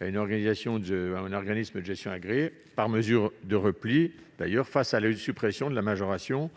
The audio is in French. à un organisme de gestion agréé, par mesure de repli par rapport à la suppression de la majoration